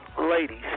ladies